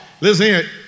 Listen